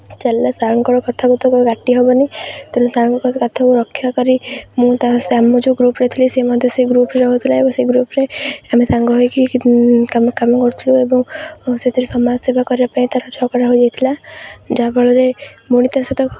ଚାଲିଲା ସାର୍ଙ୍କର କଥାକୁ ତ କେବେ କାଟି ହେବନି ତେଣୁ ସାର୍ଙ୍କ କଥାକୁ ରକ୍ଷା କରି ମୁଁ ତା ଆମ ଯେଉଁ ଗ୍ରୁପ୍ରେ ରହୁଥିଲି ସେ ମଧ୍ୟ ସେ ଗ୍ରୁପ୍ରେ ରହୁଥିଲା ଏବଂ ସେହି ଗ୍ରୁପ୍ରେ ଆମେ ସାଙ୍ଗ ହୋଇକି କାମ କରୁଥିଲୁ ଏବଂ ସେଥିରେ ସମାଜ ସେବା କରିବା ପାଇଁ ତା'ର ଝଗଡ଼ା ହୋଇଯାଇଥିଲା ଯାହା ଫଳରେ ମୁଁ ବି ତା'ସହିତ